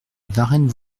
varennes